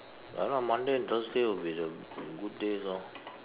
ya lah Monday and Thursday would be the good days lor